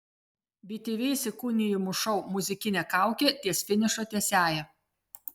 btv įsikūnijimų šou muzikinė kaukė ties finišo tiesiąja